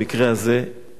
זאת שבעוכרינו.